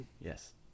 Yes